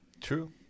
True